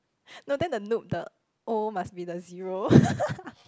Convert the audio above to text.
no then the noob the O must be the zero